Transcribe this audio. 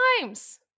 times